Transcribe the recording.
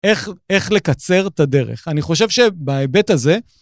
איך לקצר את הדרך? אני חושב שבהיבט הזה...